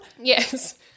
yes